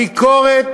הביקורת,